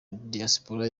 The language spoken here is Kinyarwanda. diaspora